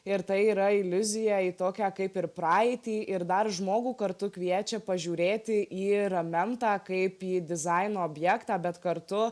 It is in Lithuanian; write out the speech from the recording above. ir tai yra iliuzija į tokią kaip ir praeitį ir dar žmogų kartu kviečia pažiūrėti į ramentą kaip į dizaino objektą bet kartu